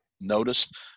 noticed